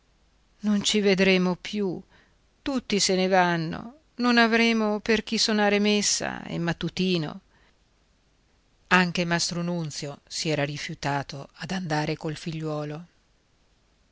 non ci vedremo più tutti se ne vanno non avremo per chi sonare messa e mattutino anche mastro nunzio s'era rifiutato ad andare col figliuolo